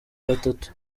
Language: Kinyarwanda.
batatu